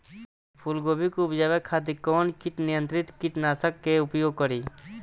फुलगोबि के उपजावे खातिर कौन कीट नियंत्री कीटनाशक के प्रयोग करी?